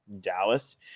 Dallas